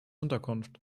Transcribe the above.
unterkunft